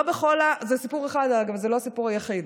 זה סיפור אחד, אגב, זה לא הסיפור היחיד.